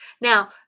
now